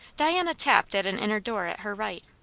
diana tapped at an inner door at her right,